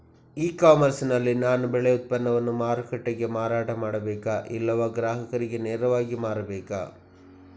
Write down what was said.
E commerce ನಲ್ಲಿ ನಾನು ಬೆಳೆ ಉತ್ಪನ್ನವನ್ನು ಮಾರುಕಟ್ಟೆಗೆ ಮಾರಾಟ ಮಾಡಬೇಕಾ ಇಲ್ಲವಾ ಗ್ರಾಹಕರಿಗೆ ನೇರವಾಗಿ ಮಾರಬೇಕಾ?